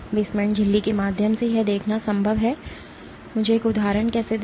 basement झिल्ली के माध्यम से यह देखना संभव है मुझे एक उदाहरण कैसे दें